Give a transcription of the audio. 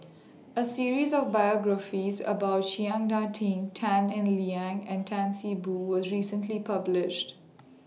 A series of biographies about Chiang Ding Tan Eng Liang and Tan See Boo was recently published